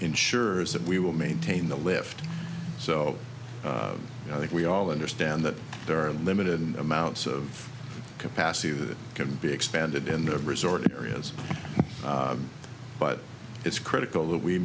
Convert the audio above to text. ensures that we will maintain the lift so i think we all understand that there are limited amounts of capacity that can be expanded in the resort areas but it's critical that we